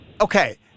okay